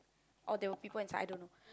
or there were people inside the room